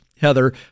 Heather